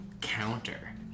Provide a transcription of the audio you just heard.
counter